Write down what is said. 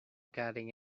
getting